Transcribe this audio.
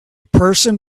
person